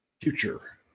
future